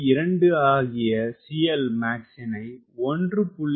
2 ஆகிய CLmax -னை 1